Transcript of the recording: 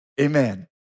Amen